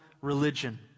religion